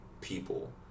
people